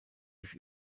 durch